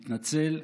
מתנצל,